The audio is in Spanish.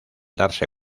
darse